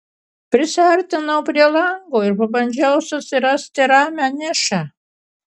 prisiartinau prie lango ir pabandžiau susirasti ramią nišą